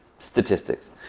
statistics